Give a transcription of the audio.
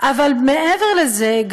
אבל מעבר לזה,